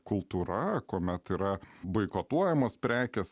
kultūra kuomet yra boikotuojamos prekės